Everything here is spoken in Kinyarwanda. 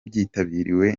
byitabiriwe